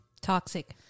toxic